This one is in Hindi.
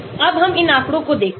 अब हम इन आंकड़ों को देखते हैं